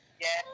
Yes